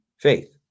faith